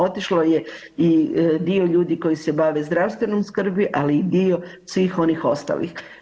Otišlo je i dio ljudi koji se bave zdravstvenom skrbi, ali i dio svih onih ostalih.